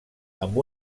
amb